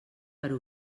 per